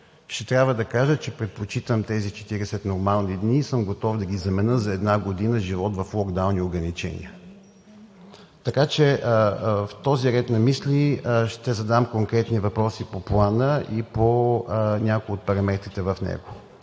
Ще трябва да кажа, че предпочитам и съм готов тези 40 нормални дни да ги заменя за една година живот в локдаун ограничения. Така че в този ред на мисли ще задам конкретни въпроси по Плана и по някои от параметрите в него.